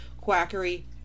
quackery